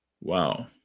Wow